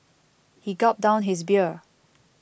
he gulped down his beer